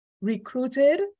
Recruited